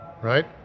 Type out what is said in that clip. Right